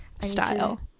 style